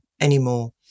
anymore